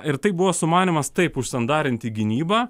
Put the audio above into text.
ir tai buvo sumanymas taip užsandarinti gynybą